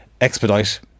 expedite